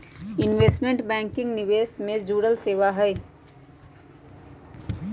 investment banking निवेश से जुड़ल सेवा हई